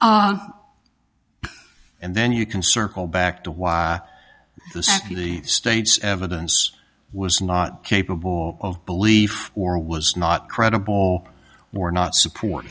and then you can circle back to why the state's evidence was not capable of belief or was not credible or not support